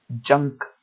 junk